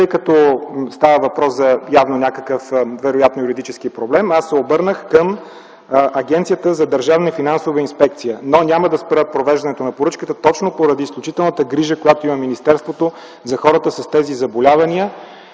тъй като става въпрос явно за някакъв вероятно юридически проблем. Аз се обърнах към Агенцията за държавна финансова инспекция, но няма да спра провеждането на поръчката точно поради изключителната грижа, която има министерството, за хората с тези заболявания.